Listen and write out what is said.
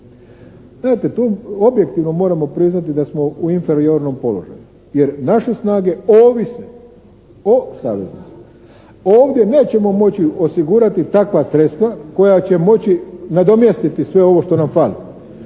Znate, to objektivno moramo priznati da smo u inferiornom položaju, jer naše snage ovise o saveznicima. Ovdje nećemo moći osigurati takva sredstva koja će moći nadomjestiti sve ovo što nam fali